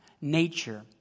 nature